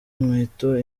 inkweto